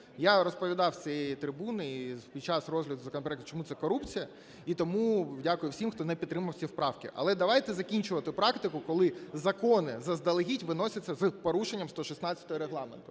Я розповідав з цієї трибуни і під час розгляду законопроекту, чому це корупція. І тому дякую всім, хто не підтримав ці правки. Але давайте закінчувати практику, коли закони заздалегідь виносяться з порушенням 116-ї Регламенту.